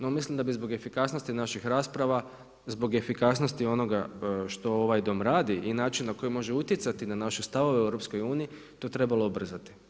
No, mislim da bi zbog efikasnosti naših rasprava, zbog efikasnosti onoga što ovaj Dom radi i način na koji može utjecati na naše stavove u EU to trebalo ubrzati.